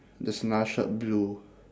there's another shirt blue